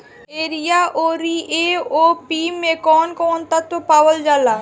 Urea औरी AOP मै कौवन कौवन तत्व पावल जाला?